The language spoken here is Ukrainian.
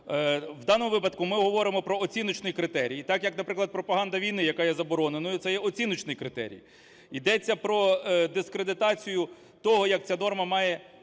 В даному випадку ми говоримо про оціночний критерій так, як, наприклад, пропаганда війни, яка є забороненою – це є оціночний критерій, ідеться про дискредитацію того, як ця норма має розумітися.